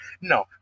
No